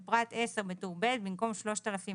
בפרט (10), בטור ב', במקום "3,207"